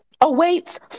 awaits